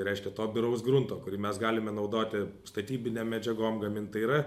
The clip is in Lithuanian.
reiškia to biraus grunto kurį mes galime naudoti statybinėm medžiagom gamint tai yra